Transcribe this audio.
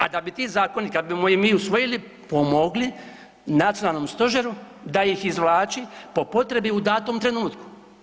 A da bi ti zakoni kada bi ih mi usvojili pomogli Nacionalnom stožeru da ih izvlači po potrebi u datom trenutku.